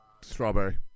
Strawberry